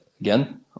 again